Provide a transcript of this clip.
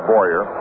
Boyer